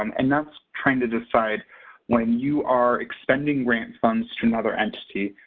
um and that's trying to decide when you are extending grant funds to another entity,